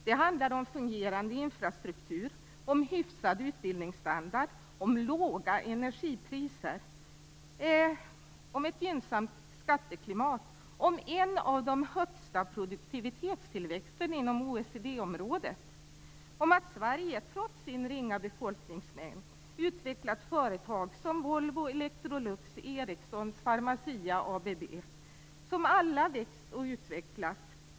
Det handlar om fungerande infrastruktur, om hyfsad utbildningsstandard, om låga energipriser, om ett gynnsamt skatteklimat och om en produktivitetstillväxt som är bland de högsta inom OECD-området. Sverige har, trots sin ringa befolkningsmängd, utvecklat företag som Volvo, Electrolux, Ericsson, Pharmacia och ABB. De har alla växt och utvecklats.